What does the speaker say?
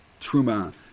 truma